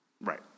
Right